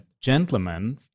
gentlemen